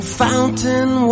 fountain